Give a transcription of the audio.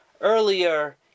earlier